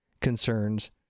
concerns